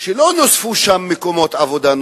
שלא נוספו שם מקומות עבודה,